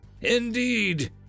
Indeed